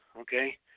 okay